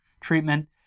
treatment